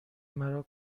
مرا